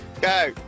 Go